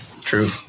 True